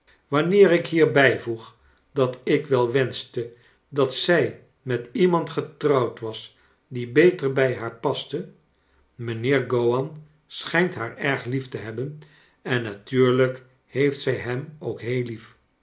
wanneer ik hier bijvoeg hat ik wel wenschte dat zij met iemand getrouwd was die beter bij haar paste mijnheer gowan schijnt haar erg lief te hebben en natuurlijk heeft zij hem ook heel lief